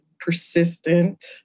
persistent